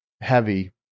heavy